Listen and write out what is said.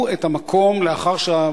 לא חושב שייעשה,